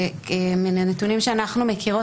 מהנתונים שאנחנו מכירות,